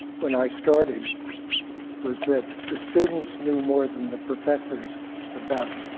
when i started was that the students knew more than the professors about